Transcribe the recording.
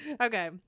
Okay